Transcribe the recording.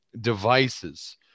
devices